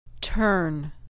turn